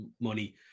money